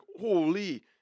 holy